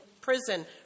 prison